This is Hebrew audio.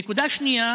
נקודה שנייה: